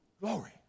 glory